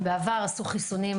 בעבר עשו חיסונים,